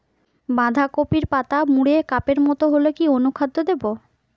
বাঁধাকপির পাতা মুড়ে কাপের মতো হলে কি অনুখাদ্য দেবো?